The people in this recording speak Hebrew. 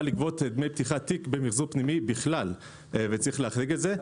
לגבות דמי פתיחת תיק במיחזור פנימי בכלל וצריך להחריג את זה.